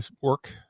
work